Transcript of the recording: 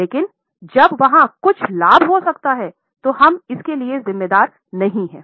लेकिन जब वहाँ कुछ लाभ हो सकता है तो हम इसके लिए जिम्मेदार नहीं हैं